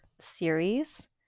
series